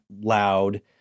loud